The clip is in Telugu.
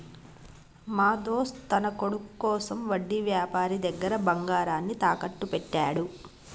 మా దోస్త్ తన కొడుకు కోసం వడ్డీ వ్యాపారి దగ్గర బంగారాన్ని తాకట్టు పెట్టాడు